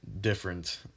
different